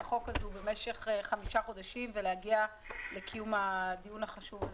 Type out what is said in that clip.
החוק הזו במשך חמישה חודשים ולהגיע לקיום הדיון החשוב הזה.